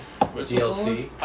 DLC